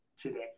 today